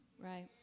Right